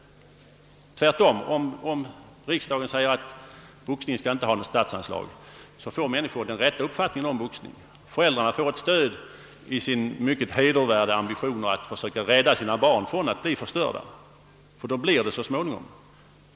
Om riksdagen tvärtom säger ifrån, att boxningen inte skall ha något statsanslag, får människorna den rätta uppfattningen om den, och föräldrarna får ett stöd i sin mycket hedervärda ambition att söka rädda barnen från att bli förstörda, ty det skulle de så småningom bli efter en tids boxning.